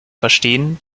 verstehen